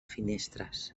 finestres